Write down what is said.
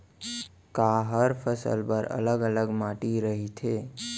का हर फसल बर अलग अलग माटी रहिथे?